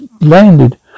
landed